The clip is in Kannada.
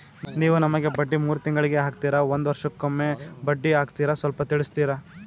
ನೀವು ನಮಗೆ ಬಡ್ಡಿ ಮೂರು ತಿಂಗಳಿಗೆ ಹಾಕ್ತಿರಾ, ಒಂದ್ ವರ್ಷಕ್ಕೆ ಒಮ್ಮೆ ಬಡ್ಡಿ ಹಾಕ್ತಿರಾ ಸ್ವಲ್ಪ ತಿಳಿಸ್ತೀರ?